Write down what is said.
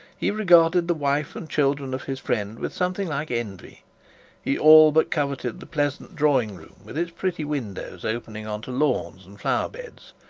he regarded the wife and children of his friend with something like envy he all but coveted the pleasant drawing-room, with its pretty windows opening on to lawns and flower-beds,